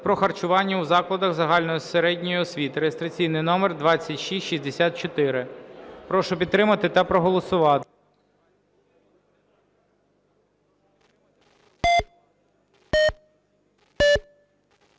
про харчування у закладах загальної середньої освіти (реєстраційний номер 2664). Прошу підтримати та проголосувати.